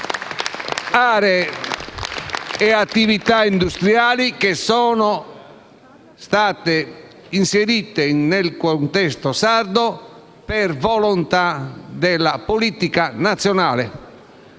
Aree e attività industriali che sono state inserite nel contesto sardo per volontà della politica nazionale.